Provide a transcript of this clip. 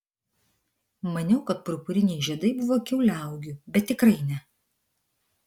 maniau kad purpuriniai žiedai buvo kiauliauogių bet tikrai ne